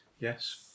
Yes